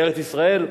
לארץ-ישראל,